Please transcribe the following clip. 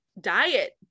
diet